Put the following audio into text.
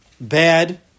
bad